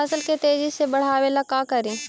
फसल के तेजी से बढ़ाबे ला का करि?